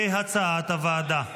כהצעת הוועדה.